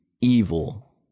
evil